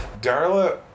Darla